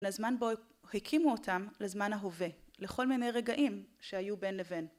לזמן בו הקימו אותם לזמן ההווה לכל מיני רגעים שהיו בין לבין